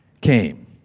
came